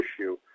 issue